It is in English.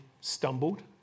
stumbled